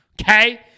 Okay